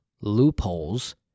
loopholes